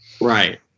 Right